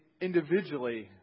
individually